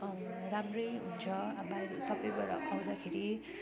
राम्रै हुन्छ बाहिर सबैबाट आउँदाखेरि